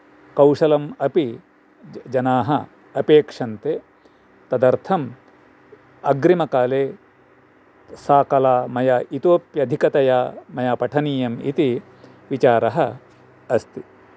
कौशलं अपि जनाः अपेक्षन्ते तदर्थं अग्रिमकाले सा कला मया इतोप्यधिकतया मया पठनीयं इति विचारः अस्ति